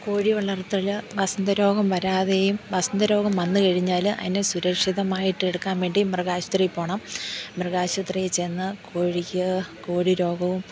കോഴി വളർത്തൽ വസന്ത രോഗം വരാതെയും വസന്ത രോഗം വന്നു കഴിഞ്ഞാൽ അതിനെ സുരക്ഷിതമായിട്ട് എടുക്കാൻ വേണ്ടി മൃഗാശുപത്രി പോകണം മൃഗാശുപത്രി ചെന്നു കോഴിക്ക് കോഴി രോഗവും